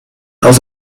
aus